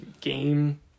game